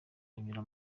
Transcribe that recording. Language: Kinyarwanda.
banyura